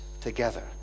together